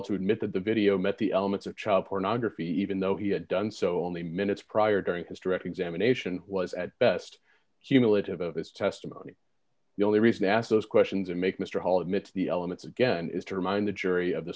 to admit that the video met the elements of child pornography even though he had done so only minutes prior during his direct examination was at best humility of his testimony the only reason i asked those questions and make mr hall admits the elements again is to remind the jury of th